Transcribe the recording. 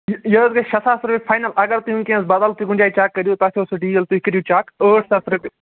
یہِ یہِ حظ گژھِ شےٚ ساس رۄپیہِ فاینَل اگر تُہۍ وٕنۍکٮ۪نَس بَدل تہِ کُنہِ جایہِ چَک کٔرِو توہہِ چھو سُہ ڈیٖل تُہۍ کٔرِو چَک ٲٹھ ساس رۄپیہِ